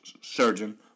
surgeon